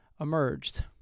emerged